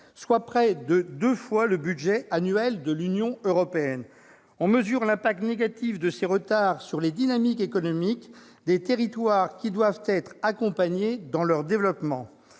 soit près de deux fois le budget annuel de l'Union européenne ; on mesure l'impact négatif de ces retards sur les dynamiques économiques des territoires qui doivent être accompagnés dans leur développement.